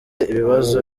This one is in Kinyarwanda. ibibazo